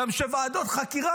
גם כשוועדות חקירה